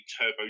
Turbo